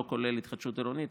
לא כולל התחדשות עירונית,